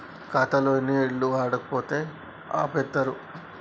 ఖాతా ఎన్ని ఏళ్లు వాడకపోతే ఆపేత్తరు?